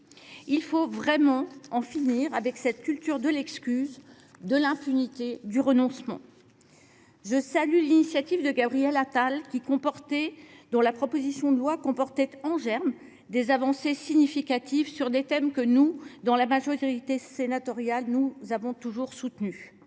Il faut vraiment en finir avec cette culture de l’excuse, de l’impunité, du renoncement. Je salue l’initiative de Gabriel Attal, dont la proposition de loi comportait, en germe, des avancées significatives sur des thèmes que la majorité sénatoriale a toujours soutenus.